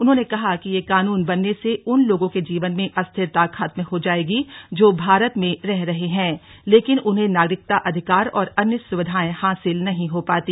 उन्होंने कहा कि यह कानून बनने से उन लोगों के जीवन में अस्थिरता खत्म हो जायेगी जो भारत में रह रहे हैं लेकिन उन्हें नागरिकता अधिकार और अन्य सुविधाएं हासिल नहीं हो पाती